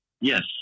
Yes